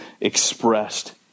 expressed